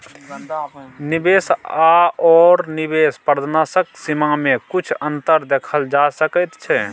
निवेश आओर निवेश प्रदर्शनक सीमामे किछु अन्तर देखल जा सकैत छै